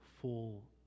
Full